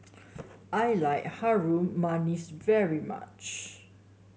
I like Harum Manis very much